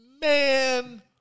man